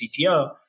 CTO